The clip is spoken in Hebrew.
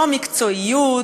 לא מקצועיות.